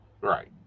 Right